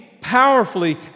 powerfully